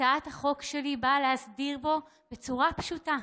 הצעת החוק שלי באה להסדיר בצורה פשוטה,